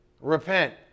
Repent